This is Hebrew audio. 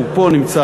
הוא פה נמצא,